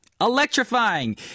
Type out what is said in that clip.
electrifying